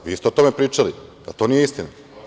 Vi ste o tome pričali, da to nije istina.